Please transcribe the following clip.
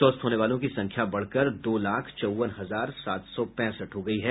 स्वस्थ होने वालों की संख्या बढ़कर दो लाख चौवन हजार सात सौ पैंसठ हो गयी है